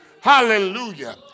Hallelujah